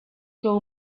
saw